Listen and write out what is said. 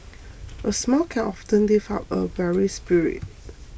a smile can often lift up a weary spirit